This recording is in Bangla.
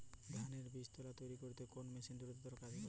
ধানের বীজতলা তৈরি করতে কোন মেশিন দ্রুততর কাজ করে?